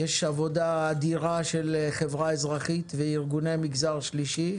יש עבודה אדירה של החברה האזרחית וארגוני המגזר השלישי,